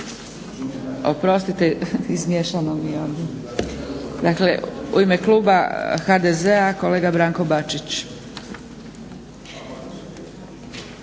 Oprostite, izmiješano mi je ovdje. Dakle u ime kluba HDZ-a kolega Branko Bačić.